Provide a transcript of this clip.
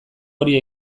hori